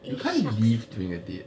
you can't leave during a date